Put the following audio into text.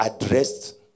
addressed